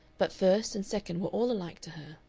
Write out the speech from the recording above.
but first and second were all alike to her.